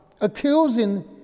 accusing